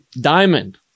diamond